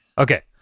Okay